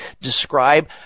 describe